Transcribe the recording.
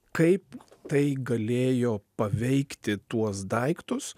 kaip tai galėjo paveikti tuos daiktus